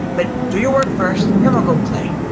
but do your work first, then we'll go play.